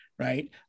Right